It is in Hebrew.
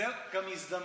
זו גם הזדמנות.